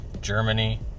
Germany